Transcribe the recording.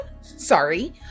sorry